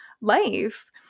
life